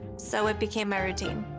so it became my routine.